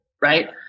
Right